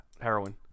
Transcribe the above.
heroin